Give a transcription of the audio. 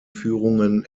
führungen